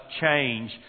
change